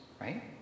Right